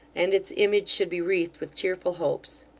and its image should be wreathed with cheerful hopes.